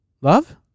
Love